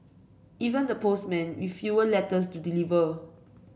even the postmen with fewer letters to deliver